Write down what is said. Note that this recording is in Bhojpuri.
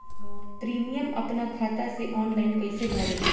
प्रीमियम अपना खाता से ऑनलाइन कईसे भरेम?